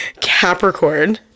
Capricorn